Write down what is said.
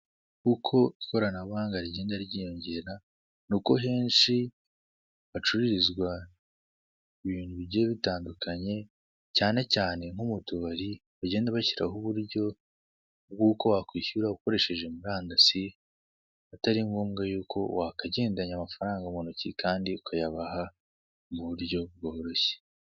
Uko ikoranabuhanga rigenda ryiyongera niko henshi hacururizwa ibintu bigiye bitandukanye cyane cyane nko mu tubari bagenda bashyiraho uburyo bw'uko wakishyura ukoresheje murandasi, atari ngombwa yuko wagendana amafaranga mu ntoki kandi ukayabaha mu buryo bworoshye.